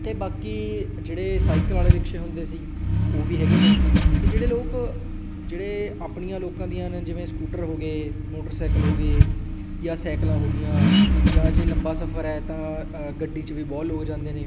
ਅਤੇ ਬਾਕੀ ਜਿਹੜੇ ਸਾਈਕਲ ਵਾਲੇ ਰਿਕਸ਼ੇ ਹੁੰਦੇ ਸੀ ਉਹ ਵੀ ਹੈਗੇ ਨੇ ਅਤੇ ਜਿਹੜੇ ਲੋਕ ਜਿਹੜੇ ਆਪਣੀਆਂ ਲੋਕਾਂ ਦੀਆਂ ਨੇ ਜਿਵੇਂ ਸਕੂਟਰ ਹੋ ਗਏ ਮੋਟਰਸਾਈਕਲ ਹੋ ਗਏ ਜਾਂ ਸਾਈਕਲਾਂ ਹੋ ਗਈਆਂ ਜਾਂ ਜੇ ਲੰਬਾ ਸਫ਼ਰ ਹੈ ਤਾਂ ਗੱਡੀ 'ਚ ਵੀ ਬਹੁਤ ਲੋਕ ਜਾਂਦੇ ਨੇ